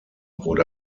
wurde